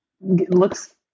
looks